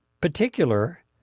particular